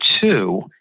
two